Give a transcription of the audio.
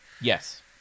Yes